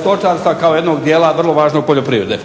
stočarstva kao jednog dijela vrlo važno poljoprivrede.